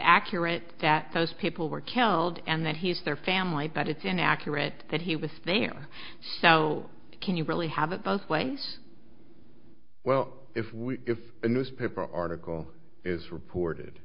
accurate that those people were killed and that he's their family but it's inaccurate that he was standing so can you really have it both ways well if we if a newspaper article is reported